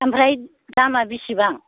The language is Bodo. ओमफ्राय दामआ बिसिबां